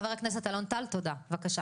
חבר הכנסת אלון טל, בבקשה.